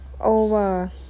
over